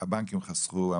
הבנקים חסכו,